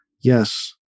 Yes